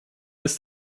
ist